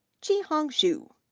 qihang xu,